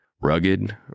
Rugged